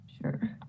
Sure